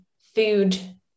food